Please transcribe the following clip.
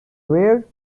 rare